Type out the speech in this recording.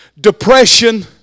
depression